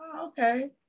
Okay